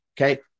Okay